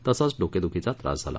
तसंच डोकेद्खीचा त्रास झाला